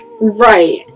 right